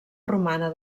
romana